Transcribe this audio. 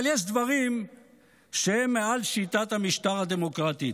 אבל יש דברים שהם מעל שיטת המשטר הדמוקרטית.